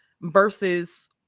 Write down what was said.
versus